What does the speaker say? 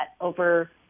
over